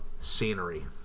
scenery